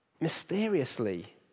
mysteriously